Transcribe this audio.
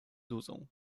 duzą